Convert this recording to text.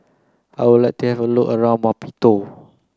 I would like to have a look around Maputo